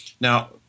Now